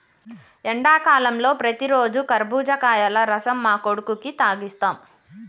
ఎండాకాలంలో ప్రతిరోజు కర్బుజకాయల రసం మా కొడుకుకి తాగిస్తాం